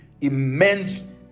immense